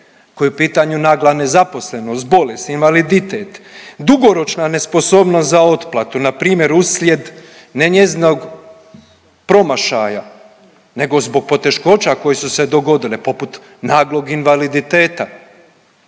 ako je u pitanju nagla nezaposlenost, bolest, invaliditet, dugoročna nesposobnost za otplatu npr. uslijed ne njezinog promašaja nego zbog poteškoća koje su se dogodile poput naglog invaliditeta.